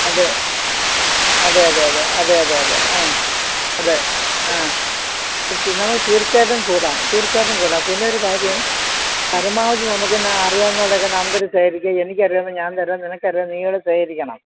അതെ അതെ അതെ അതെ അതെ അതെ അതെ ആ അതെ ആ നമുക്ക് തീർച്ചയായിട്ടും കൂടാം തീർച്ചയായിട്ടും കൂടാം പിന്നൊരു കാര്യം പരമാവധി നമുക്ക് പിന്നെ അറിയാവുന്നവരോടൊക്കെ നമ്പൊരു ശേഖരിക്കാം എനിക്കറിയുന്നത് ഞാൻ തരാം നിനക്കറിയുന്നത് നീയുംകൂടെ ശേഖരിക്കണം